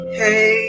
hey